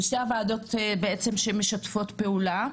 בשתי הוועדות שמשתפות בעצם פעולה,